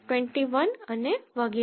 21 અને વગેરે